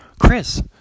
Chris